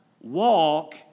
walk